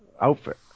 outfit